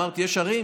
אמרת: יש ערים,